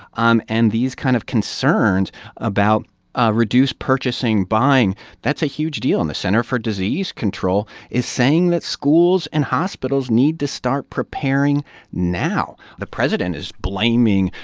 um and these kind of concerns about ah reduced purchasing, buying that's a huge deal. and the center for disease control is saying that schools and hospitals need to start preparing now. the president is blaming,